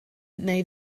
neu